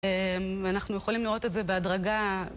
אנחנו יכולים לראות את זה בהדרגה...